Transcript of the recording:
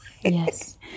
Yes